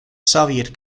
soviet